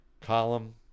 column